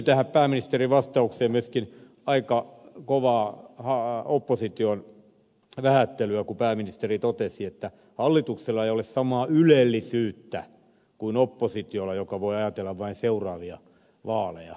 tähän pääministerin vastaukseen liittyy myöskin aika kovaa opposition vähättelyä kun pääministeri totesi että hallituksella ei ole samaa ylellisyyttä kuin oppositiolla joka voi ajatella vain seuraavia vaaleja